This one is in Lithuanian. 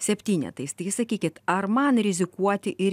septynetais tai sakykit ar man rizikuoti ir